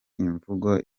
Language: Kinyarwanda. imvugo